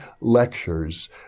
lectures